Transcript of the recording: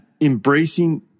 embracing